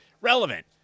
relevant